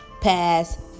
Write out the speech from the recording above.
pass